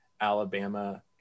Alabama